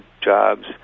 jobs